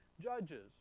judges